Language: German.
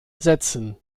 setzen